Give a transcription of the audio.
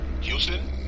Houston